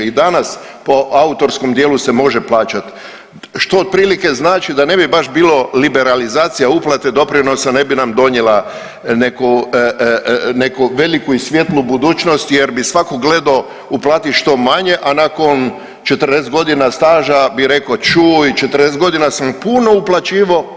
I danas po autorskom djelu se može plaćati, što otprilike znači da ne bi baš bilo liberalizacija uplate doprinosa ne bi nam donijela neku veliku i svijetlu budućnost jer bi svatko gledao uplatiti što manje, a nakon 14 godina staža bi rekao čuj, 40 godina sam puno uplaćivao.